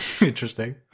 Interesting